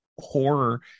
horror